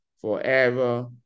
forever